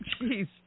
Jeez